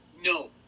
no